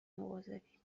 مواظبی